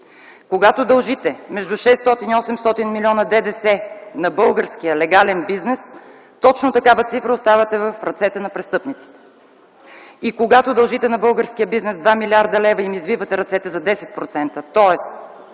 Когато дължите между 600 и 800 милиона ДДС на българския легален бизнес, точно такава цифра оставяте в ръцете на престъпниците. Когато дължите на българския бизнес 2 млрд. лв. и им извивате ръцете за 10%, тоест